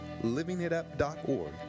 livingitup.org